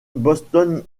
boston